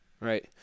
Right